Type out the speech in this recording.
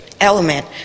element